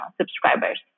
subscribers